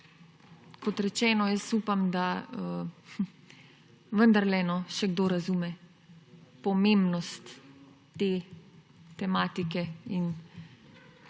Kot rečeno, upam, da vendarle še kdo razume pomembnost te tematike in